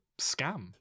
scam